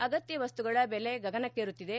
ಅಗತ್ತ ವಸ್ತುಗಳ ಬೆಲೆ ಗಗನಕ್ಷೇರುತ್ತಿದೆ